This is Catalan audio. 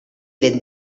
ben